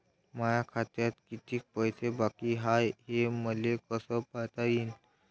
माया खात्यात किती पैसे बाकी हाय, हे मले कस पायता येईन?